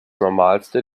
normalste